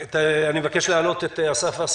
אני מבקש להעלות את אסף וסרצוג,